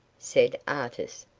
said artis.